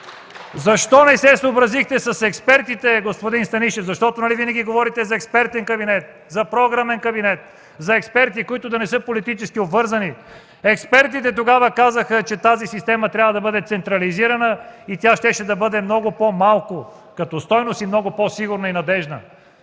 Защо не се съобразихте с експертите, господин Станишев? Нали винаги говорите за експертен кабинет, за програмен кабинет, за експерти, които да не са политически обвързани? Експертите тогава казаха, че тази система трябва да бъде централизирана и тя щеше да бъде много по-малко като стойност, много по-сигурна и надеждна.